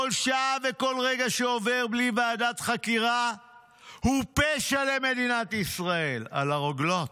כל שעה וכל רגע שעובר בלי ועדת חקירה הוא פשע למדינת ישראל" על הרוגלות.